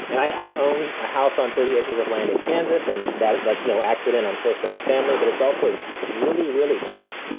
and i own a house on thirty acres of land in kansas. and that's no accident. i'm close to my family. but it's also really, really cheap.